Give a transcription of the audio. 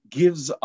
gives